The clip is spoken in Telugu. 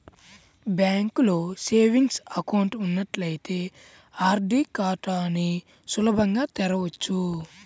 బ్యాంకులో సేవింగ్స్ అకౌంట్ ఉన్నట్లయితే ఆర్డీ ఖాతాని సులభంగా తెరవచ్చు